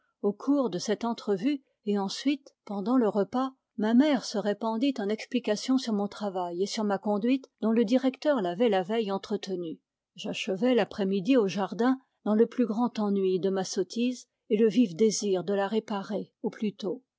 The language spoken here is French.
au cours de cette entrevue et ensuite pendant le repas ma mère se répandit en explications sur mon travail et sur ma conduite dont le directeur l'avait la veille entretenue j'achevai l'après-midi au jardin dans le plus grand ennui de ma sottise et le vif désir de la réparer au plus